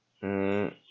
mm